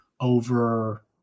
over